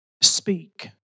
speak